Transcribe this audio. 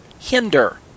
hinder